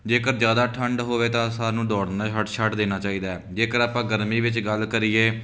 ਜੇਕਰ ਜ਼ਿਆਦਾ ਠੰਢ ਹੋਵੇ ਤਾਂ ਸਾਨੂੰ ਦੌੜਨਾ ਹਟ ਛੱਡ ਦੇਣਾ ਚਾਹੀਦਾ ਜੇਕਰ ਆਪਾਂ ਗਰਮੀ ਵਿੱਚ ਗੱਲ ਕਰੀਏ